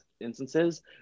instances